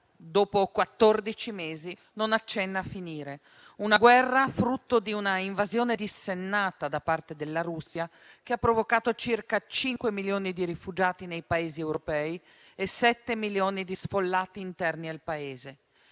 mesi, non accenna a finire. Una guerra frutto di un'invasione dissennata da parte della Russia che ha provocato circa 5 milioni di rifugiati nei Paesi europei e 7 milioni di sfollati interni al Paese.